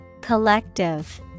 Collective